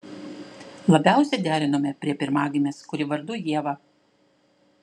labiausiai derinome prie pirmagimės kuri vardu ieva